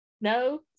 No